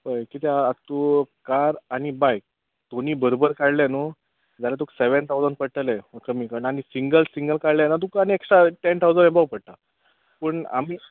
हय कित्याक आतां तूं कार आनी बायक दोनीय बरबर काडलें न्हय जाल्यार तुका सॅवॅन थावजन पडटले कमी कण आनी सिंगल सिंगल काडलें आल् तुका आनी एक्श्टा टॅन थावजन अबाव पडटा पूण आमी